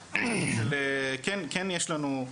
כן יש לנו,